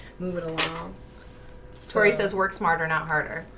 move it along sorry says work. smarter not harder.